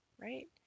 right